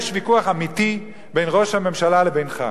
יש ויכוח אמיתי בין ראש הממשלה לבינך,